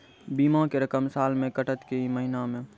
बीमा के रकम साल मे कटत कि महीना मे?